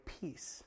peace